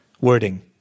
wording